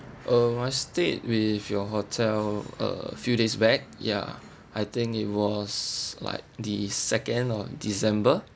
uh my stay with your hotel a few days back ya I think it was like the second of december